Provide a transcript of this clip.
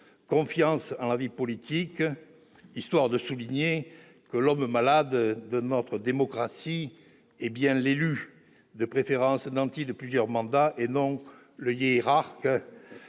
confiance dans la vie politique », histoire de souligner que l'homme malade de notre démocratie est bien l'élu, de préférence nanti de plusieurs mandats, et non le hiérarque